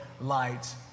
lights